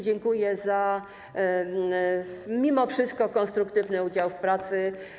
Dziękuję za mimo wszystko konstruktywny udział w pracy.